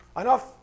enough